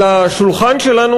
על השולחן שלנו,